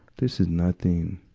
this is nothing,